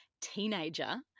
teenager